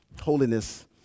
Holiness